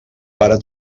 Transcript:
pare